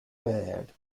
baird